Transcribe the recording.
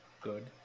Good